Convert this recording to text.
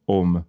om